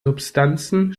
substanzen